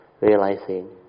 realizing